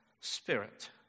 spirit